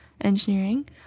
Engineering